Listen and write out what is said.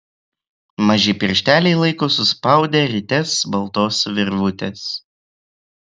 maži piršteliai laiko suspaudę rites baltos virvutės